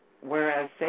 whereas